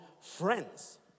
friends